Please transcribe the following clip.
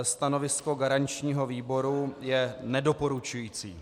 Stanovisko garančního výboru je nedoporučující.